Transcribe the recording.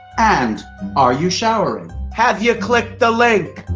and are you showering? have you clicked the link?